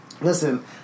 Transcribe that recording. Listen